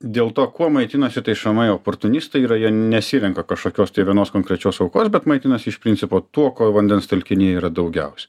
dėl to kuo maitinasi tai šamai oportunistai yra jie nesirenka kažkokios tai vienos konkrečios aukos bet maitinasi iš principo tuo ko vandens telkiny yra daugiausia